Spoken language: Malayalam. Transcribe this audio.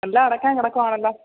എല്ലാം അടക്കാങ്കെടക്ക്വാണല്ലോ